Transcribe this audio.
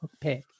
pick